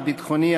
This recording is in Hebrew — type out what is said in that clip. הביטחוני,